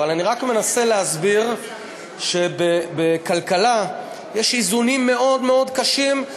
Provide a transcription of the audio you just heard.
אבל אני רק מנסה להסביר שבכלכלה יש איזונים מאוד מאוד קשים.